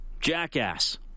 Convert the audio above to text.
Jackass